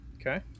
Okay